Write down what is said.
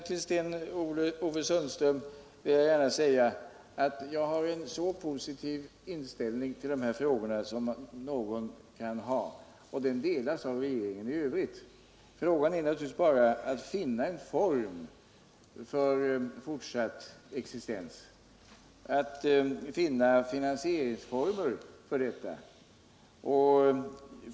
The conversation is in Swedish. Tisdagen den Till Sten-Ove Sundström vill jag säga att jag har on så positiv inställning ul 30 maj 1978 de här frågorna som nägon kan ha, och den delas av regeringen i övrigt. Problemet är naturligtvis bara att finna finansieringsformer för företagets Om nedläggningen fortsatta existens.